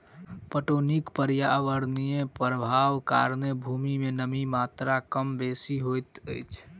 पटौनीक पर्यावरणीय प्रभावक कारणेँ भूमि मे नमीक मात्रा कम बेसी होइत अछि